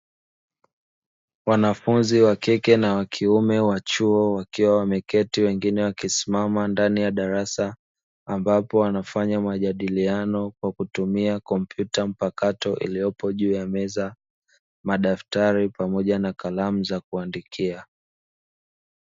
Wanafunzi wa kike na wa kiume wa chuo wakiwa wameketi wengine wakisimama ndani ya darasa, ambapo wanafanya majadiliano kwa kutumia kompyuta mpakato iliyopo juu ya meza, madaftari pamoja na kalamu za kuandikia.